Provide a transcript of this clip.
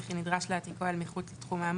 וכי נדרש להזיזו אל מחוץ לתחום האמור,